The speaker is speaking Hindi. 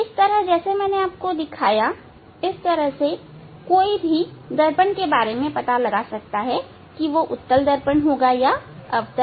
इस तरह जैसे मैंने आपको दिखाया उस तरह से से कोई भी पता लगा सकता है की यह दर्पण उत्तल है या अवतल